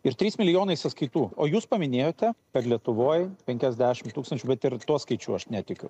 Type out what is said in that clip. ir trys milijonai sąskaitų o jūs paminėjote kad lietuvoj penkiasdešim tūkstančių bet ir tuo skaičiu aš netikiu